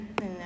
No